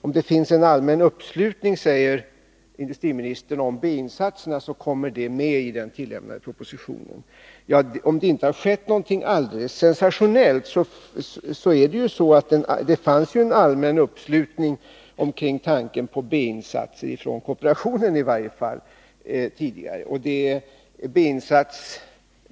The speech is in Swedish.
Om det finns en allmän uppslutning om B-insatserna, kommer de med i den tillägnade propositionen, sade industriministern. Om det inte har skett någonting alldeles sensationellt finns det en allmän uppslutning omkring tanken på B-insatser. Det fanns det tidigare, i varje fall från kooperationen.